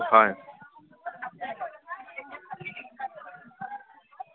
হয়